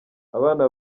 abana